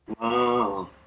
Wow